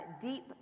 deep